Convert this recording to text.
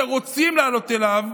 שרוצים לעלות אליו,